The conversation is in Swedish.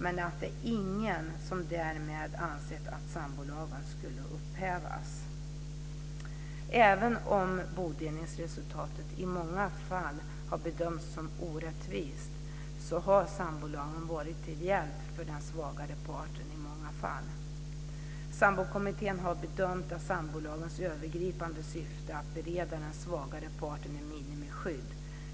Men det är ingen som därmed ansett att sambolagen skulle upphävas. Även om bodelningsresultatet i många fall har bedömts som orättvist, har sambolagen varit till hjälp för den svagare parten i många fall. Sambokommittén har bedömt att sambolagens övergripande syfte att bereda den svagare parten ett minimiskydd